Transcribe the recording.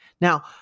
Now